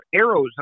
arrows